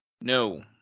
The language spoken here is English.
No